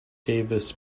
davis